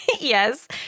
Yes